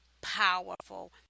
powerful